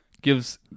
gives